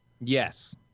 Yes